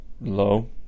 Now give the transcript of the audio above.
low